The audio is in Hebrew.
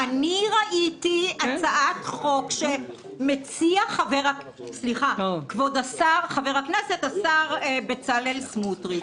אני ראיתי הצעת חוק שמציע כבוד השר חבר הכנסת בצלאל סמוטריץ'